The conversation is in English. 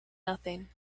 nothing